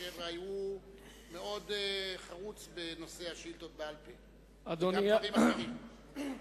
אשר הוא מאוד חרוץ בנושא השאילתות בעל-פה וגם בדברים אחרים.